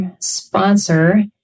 sponsor